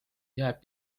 jääb